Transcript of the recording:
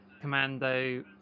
commando